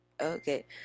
Okay